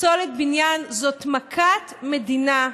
פסולת בניין זאת מכת מדינה,